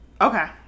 Okay